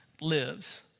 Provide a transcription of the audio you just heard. lives